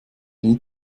nie